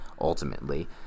ultimately